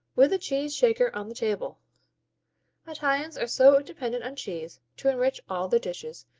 with a cheese shaker on the table italians are so dependent on cheese to enrich all their dishes,